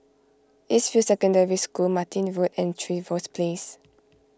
East View Secondary School Martin Road and Trevose Place